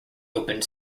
opened